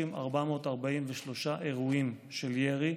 9,443 אירועים של ירי,